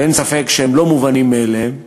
שאין ספק שהם לא מובנים מאליהם,